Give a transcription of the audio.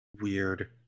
weird